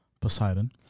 Poseidon